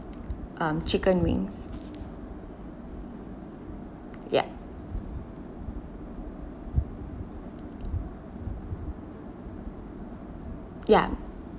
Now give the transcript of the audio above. um chicken wings ya ya